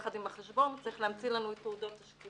יחד עם החשבון צריך להמציא לנו את תעודות השקילה.